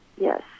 Yes